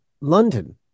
London